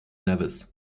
nevis